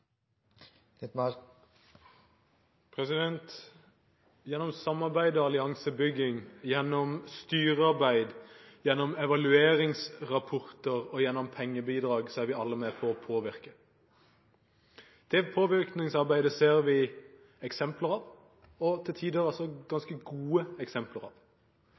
framover. Gjennom samarbeid og alliansebygging, gjennom styrearbeid, gjennom evalueringsrapporter og gjennom pengebidrag er vi alle med på å påvirke. Dette påvirkningsarbeidet ser vi eksempler på – til tider ganske gode eksempler